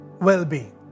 well-being